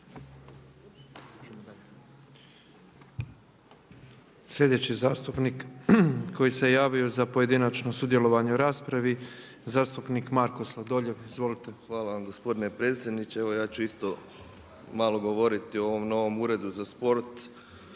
Sljedeći zastupnik koji se javio za pojedinačno sudjelovanje u raspravi, zastupnik Marko Sladoljev. Izvolite. **Sladoljev, Marko (MOST)** Hvala vam gospodine predsjedniče. Evo ja ću isto malo govoriti o ovom novom Uredu za sport.